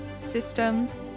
systems